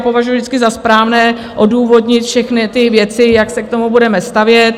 Považuji vždycky za správné odůvodnit všechny ty věci, jak se k tomu budeme stavět.